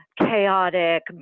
chaotic